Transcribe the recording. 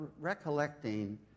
recollecting